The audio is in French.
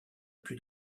plus